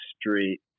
Street